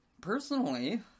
Personally